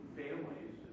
families